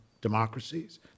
democracies